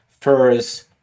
first